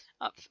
up